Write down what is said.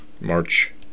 March